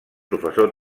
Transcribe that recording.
professor